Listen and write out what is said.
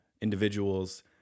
individuals